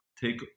take